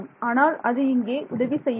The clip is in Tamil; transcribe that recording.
ஆனால் அது இங்கே உதவி செய்யாது